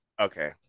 okay